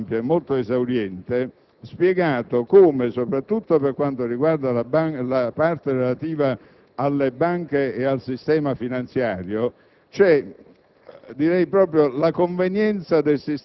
in maniera molto ampia ed esauriente, soprattutto per quanto riguarda la parte relativa alle banche e al sistema finanziario,